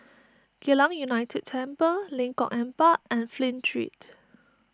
Geylang United Temple Lengkok Empat and Flint Street